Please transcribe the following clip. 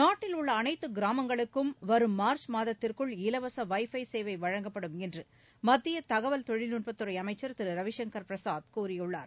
நாட்டில் உள்ள அனைத்து கிராமங்களுக்கும் வரும் மார்ச் மாதத்திற்குள் இலவச வைஃபை றி சேவை வழங்கப்படும் என்று மத்திய தகவல் தொழில்நுட்பத்துறை அமைச்சர் திரு ரவிசங்கர் பிரசாத் கூறியுள்ளார்